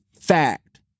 Fact